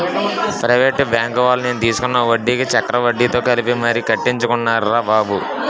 private బాంకువాళ్ళు నేను తీసుకున్న వడ్డీకి చక్రవడ్డీతో కలిపి మరీ కట్టించుకున్నారురా బాబు